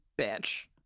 bitch